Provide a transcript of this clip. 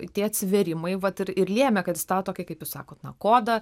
tie atsivėrimai vat ir ir lėmė kad kaip jūs sakot na kodą